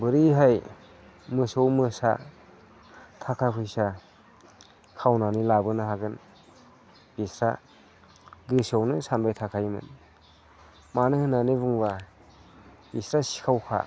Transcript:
बोरैहाय मोसौ मोसा थाखा फैसा खावनानै लाबोनो हागोन बिसोरहा गोसोआवनो सानबाय थाखायोमोन मानो होननानै बुंबा बिसोरहा सिखाव खा